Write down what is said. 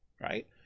Right